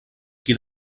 qui